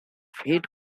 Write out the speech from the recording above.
heat